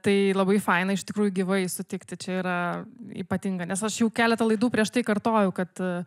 tai labai faina iš tikrųjų gyvai sutikti čia yra ypatinga nes aš jau keletą laidų prieš tai kartojau kad